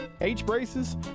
H-braces